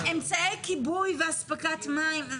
אמצעי כיבוי ואספקת מים.